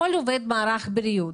כל עובד מערך בריאות,